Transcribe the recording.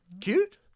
Cute